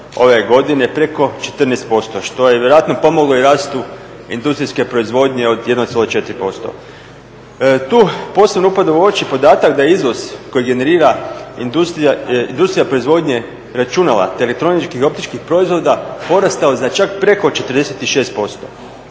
ove godine preko 14% što je vjerojatno pomoglo i rastu industrijske proizvodnje od 1,4%. Tu posebno upada u oči podatak da je izvoz koji generira industrija proizvodnje računala te elektroničkih optičkih proizvoda porastao za čak preko 46%.